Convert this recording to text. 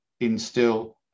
instill